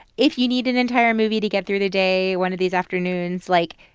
if you need an entire movie to get through the day one of these afternoons, like,